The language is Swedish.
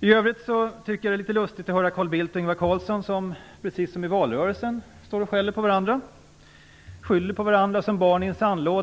I övrigt är det litet lustigt att få höra Carl Bildt och Ingvar Carlsson stå och skälla på varandra, precis som i valrörelsen. De skyller på varandra som barn i en sandlåda.